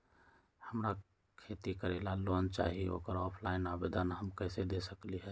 हमरा खेती करेला लोन चाहि ओकर ऑफलाइन आवेदन हम कईसे दे सकलि ह?